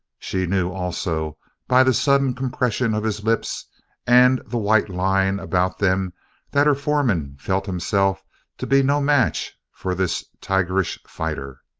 she knew also by the sudden compression of his lips and the white line about them that her foreman felt himself to be no match for this tigerish fighter.